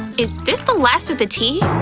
is this the last of the tea?